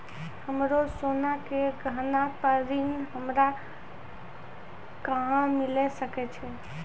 हमरो सोना के गहना पे ऋण हमरा कहां मिली सकै छै?